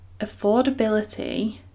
affordability